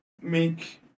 make